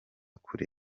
kure